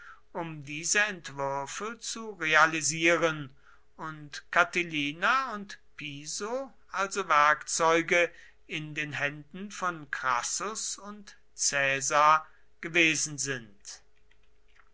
um diese entwürfe zu realisieren und catilina und piso also werkzeuge in den händen von crassus und caesar gewesen sind